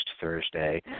Thursday